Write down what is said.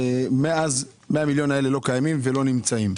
ומאז 100 מיליון הללו לא קיימים ולא נמצאים.